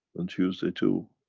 and tuesday too,